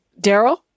Daryl